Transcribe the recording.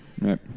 Right